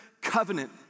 covenant